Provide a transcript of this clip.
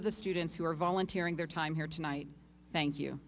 of the students who are volunteering their time here tonight thank you